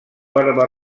barba